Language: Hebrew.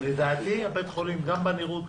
שבילינסון לדעתי הוא בית החולים גם בנראות,